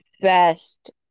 best